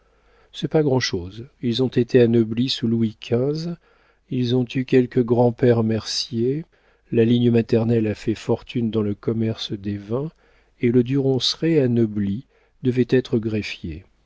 c'est pas grand'chose ils ont été anoblis sous louis xv ils ont eu quelque grand-père mercier la ligne maternelle a fait fortune dans le commerce des vins et le du ronceret anobli devait être greffier